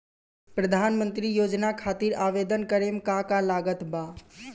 प्रधानमंत्री योजना खातिर आवेदन करम का का लागत बा?